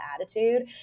attitude